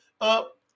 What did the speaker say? up